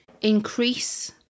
increase